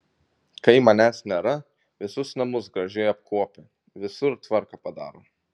kai manęs nėra visus namus gražiai apkuopia visur tvarką padaro